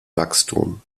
wachstum